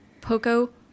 Poco